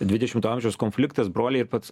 dvidešimto amžiaus konfliktas broliai ir pats